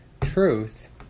truth